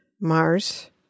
Mars